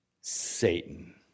Satan